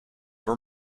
were